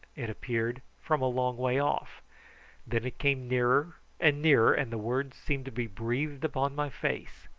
it appeared, from a long way off then it came nearer and nearer, and the words seemed to be breathed upon my face.